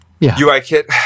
UIKit